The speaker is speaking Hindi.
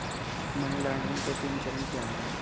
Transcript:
मनी लॉन्ड्रिंग के तीन चरण क्या हैं?